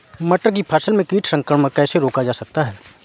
मटर की फसल में कीट संक्रमण कैसे रोका जा सकता है?